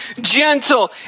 gentle